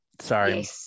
Sorry